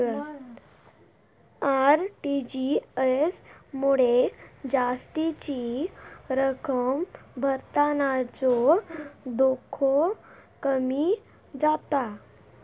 RTGS मुळे जास्तीची रक्कम भरतानाचो धोको कमी जाता